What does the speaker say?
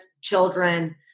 children